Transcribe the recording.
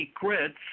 Secrets